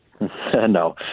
No